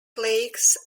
lakes